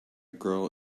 girl